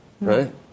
right